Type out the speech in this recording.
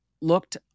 looked